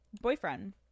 boyfriend